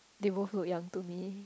there won't foot young to me